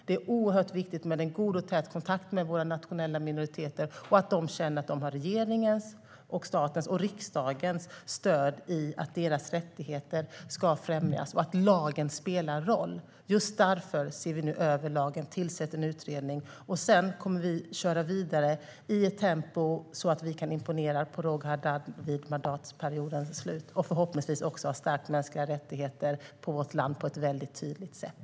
Det är oerhört viktigt med en god och tät kontakt med våra nationella minoriteter och att de känner att de har regeringens, statens och riksdagens stöd i att deras rättigheter ska främjas och att lagen spelar roll. Just därför ser vi nu över lagen och tillsätter en utredning. Sedan kommer vi att köra vidare i ett tempo som gör att vi kan imponera på Roger Haddad vid mandatperiodens slut. Förhoppningsvis har vi då också stärkt mänskliga rättigheter i vårt land på ett väldigt tydligt sätt.